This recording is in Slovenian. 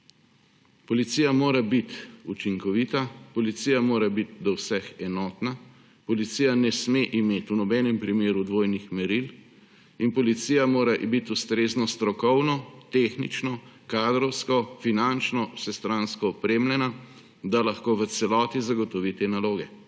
Policija mora biti učinkovita, policija mora biti do vseh enotna, policija ne sme imeti v nobenem primeru dvojnih meril in policija mora biti ustrezno strokovno, tehnično, kadrovsko, finančno, vsestransko opremljena, da lahko v celoti zagotovi te naloge.